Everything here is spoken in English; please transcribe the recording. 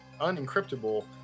unencryptable